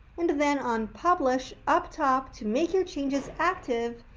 and then on publish up top to make your changes active,